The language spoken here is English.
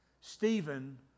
Stephen